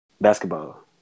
Basketball